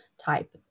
type